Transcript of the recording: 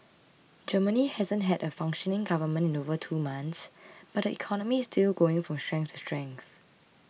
Germany hasn't had a functioning government in over two months but the economy is still going from strength to strength